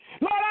Lord